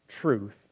truth